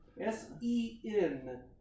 S-E-N